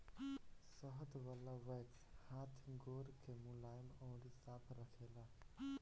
शहद वाला वैक्स हाथ गोड़ के मुलायम अउरी साफ़ रखेला